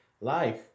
life